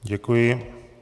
Děkuji.